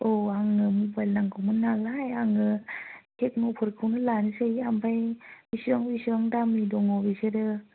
औ आंनो मबाइल नांगौमोन नालाय आङो टेकन' फोरखौनो लानोसै ओमफ्राय बेसेबां बेसेबां दामनि दङ बेसोरो